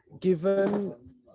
given